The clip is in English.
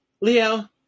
Leo